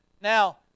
Now